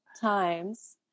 times